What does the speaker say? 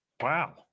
wow